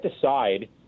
decide